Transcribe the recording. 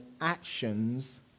actions